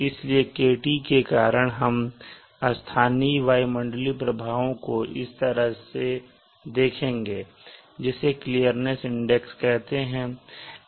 इसलिए kt के कारण है हम स्थानीय वायुमंडलीय प्रभावों को इस तरह से देखेंगे जिसे क्लीर्निस इंडेक्स कहते है